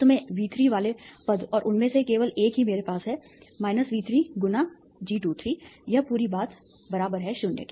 अंत में V3 वाले पद और उनमें से केवल एक ही मेरे पास है V3 × G23 यह पूरी बात शून्य